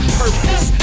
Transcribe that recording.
purpose